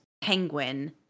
Penguin